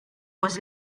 was